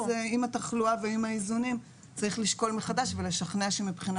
עם התחלואה ועם האיזונים צריך לשקול מחדש ולשכנע שמבחינה